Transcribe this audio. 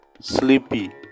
sleepy